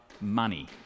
money